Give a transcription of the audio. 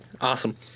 awesome